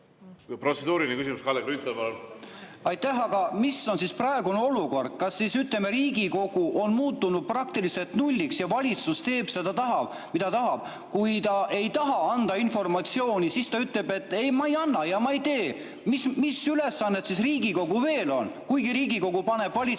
Aitäh! Aga milline on siis praegune olukord? Kas Riigikogu on muutunud praktiliselt nulliks ja valitsus teeb seda, mida tahab? Kui ta ei taha anda informatsiooni, siis ta ütleb: ei, ma ei anna ja ma ei tee. Mis ülesanded siis Riigikogul veel on? Riigikogu paneb valitsuse